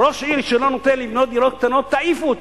ראש עיר שלא נותן לבנות דירות קטנות, תעיפו אותו.